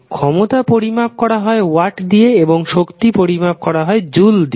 ক্ষমতা পরিমাপ করা হয় ওয়াট দিয়ে এবং শক্তি পরিমাপ করা হয় জুল দিয়ে